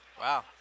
Wow